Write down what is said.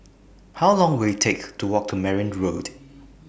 How Long Will IT Take to Walk to Merryn Road